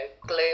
glue